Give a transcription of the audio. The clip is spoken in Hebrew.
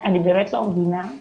אני באמת לא מבינה,